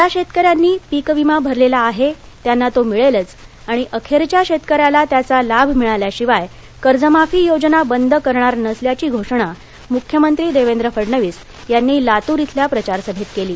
ज्या शेतकऱ्यांनी पीक विमा भरलेला आहे त्यांना तो मिळेलच आणि अखेरच्या शेतकऱ्याला त्याचा लाभ मिळाल्याशिवाय कर्जमाफी योजना बंद करणार नसल्याची घोषणा मुख्यमंत्री देवेंद्र फडणवीस यांनी लातूर इथल्या प्रचारसभेत केली